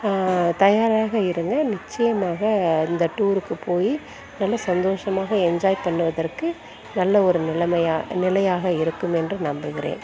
தயாராக இருங்கள் நிச்சயமாக இந்த டூருக்கு போய் நல்லா சந்தோஷமாக என்ஜாய் பண்ணுவதற்கு நல்ல ஒரு நிலமையாக நிலைமையாக இருக்கும் என்று நம்புகிறேன்